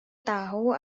tahu